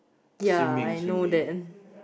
ya I know that